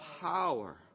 power